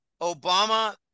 Obama